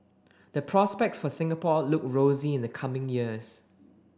the prospects for Singapore look rosy in the coming years